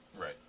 Right